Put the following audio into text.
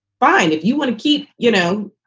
fine. if you want to keep, you know,